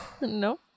No